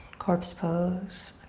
corpse pose.